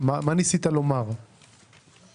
שני צווים שאנחנו צריכים לאשר.